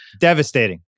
devastating